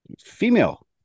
Female